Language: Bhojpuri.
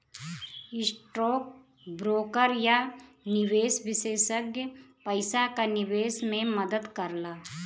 स्टौक ब्रोकर या निवेश विषेसज्ञ पइसा क निवेश में मदद करला